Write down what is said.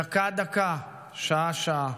דקה-דקה, שעה-שעה.